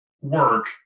work